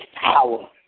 power